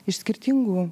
iš skirtingų